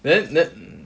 then then